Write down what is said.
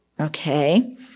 Okay